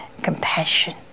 compassion